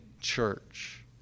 church